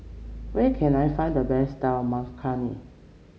where can I find the best Dal Makhani